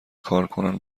کارکنان